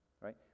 right